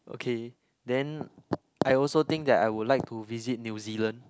okay then I also think that I would like to visit New-Zealand